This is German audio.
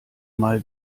mal